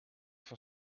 van